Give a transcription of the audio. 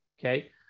okay